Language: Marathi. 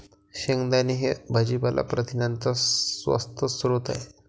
शेंगदाणे हे भाजीपाला प्रथिनांचा स्वस्त स्रोत आहे